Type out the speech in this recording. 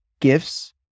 gifts